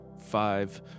five